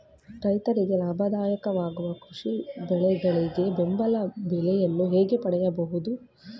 ರೈತರಿಗೆ ಲಾಭದಾಯಕ ವಾಗುವ ಕೃಷಿ ಬೆಳೆಗಳಿಗೆ ಬೆಂಬಲ ಬೆಲೆಯನ್ನು ಹೇಗೆ ಪಡೆಯಬಹುದು?